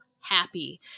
happy